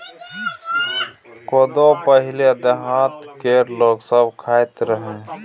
कोदो पहिले देहात केर लोक सब खाइत रहय